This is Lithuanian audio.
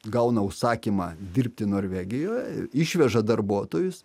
gauna užsakymą dirbti norvegijoje išveža darbuotojus